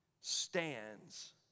stands